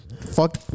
Fuck